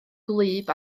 gwlyb